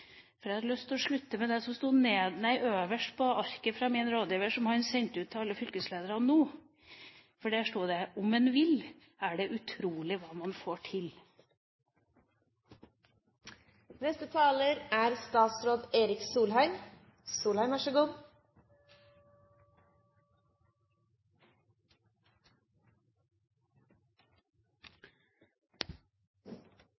Jeg har lyst til å slutte med det som sto øverst på arket fra min rådgiver, som han sendte ut til alle fylkeslederne nå, for der sto det: Om en vil, er det utrolig hva man får til.